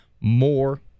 more